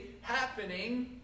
happening